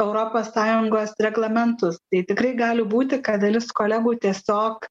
europos sąjungos reglamentus tai tikrai gali būti kad dalis kolegų tiesiog